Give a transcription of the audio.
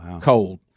cold